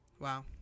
wow